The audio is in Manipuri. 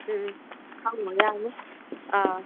ꯎꯝ ꯍꯪꯉꯣ ꯌꯥꯅꯤ ꯑꯥ